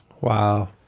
Wow